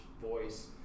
voice